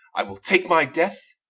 i will take my death,